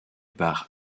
par